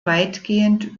weitgehend